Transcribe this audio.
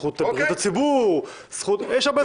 זכות בריאות הציבור, יש הרבה זכויות.